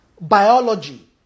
biology